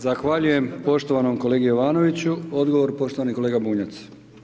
Zahvaljujem poštovanom kolegi Jovanoviću, odgovor poštovani kolega Bunjac.